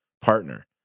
partner